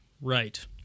Right